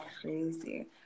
crazy